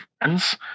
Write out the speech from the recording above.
friends